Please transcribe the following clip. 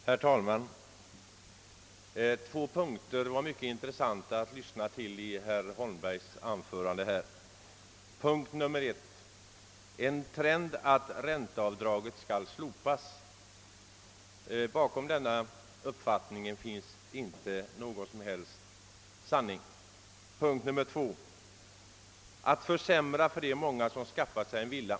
Herr talman! Två punkter i herr Holmbergs anförande var det mycket intressant att lyssna till. 1. Han sade att det föreligger en trend att ränteavdraget skall slopas. Bakom denna uppfattning finns inte någon som helst sanning. 2. Han gjorde gällande att avsikten var att försämra för de många personer som .skaffat sig en villa.